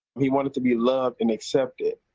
he wanted to be loved and accepted.